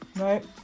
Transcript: right